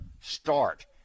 start